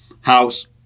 house